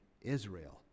Israel